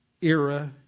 era